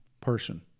person